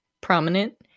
prominent